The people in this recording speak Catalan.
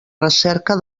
recerca